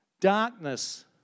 Darkness